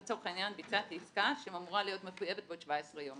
לצורך העניין בצעתי עסקה שאמורה להיות מחויבת בעוד 17 יום,